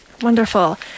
Wonderful